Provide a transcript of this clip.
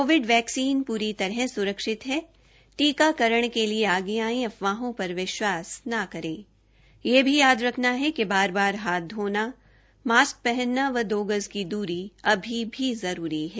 Covid vaccine पूरी तरह सुरक्षित है टीकाकरण के लिए आगे आएं अफवाहों पर विश्वा स न करे यह भी याद रखना है कि बार बार हाथ धोना मास्की पहनना व दो गज की दूरी अभी भी जरूरी है